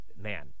Man